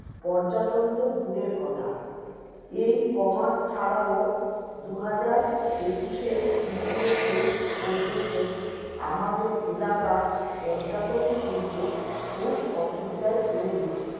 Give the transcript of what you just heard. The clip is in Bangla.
পর্যটন তো দূরের কথা এই ক মাস ছাড়াও দু হাজার একুশে দ্বিতীয় ফেস পর্যন্ত আমাদের এলাকার পর্যটন শিল্প খুব অসুবিধায় পড়ে গেছিলো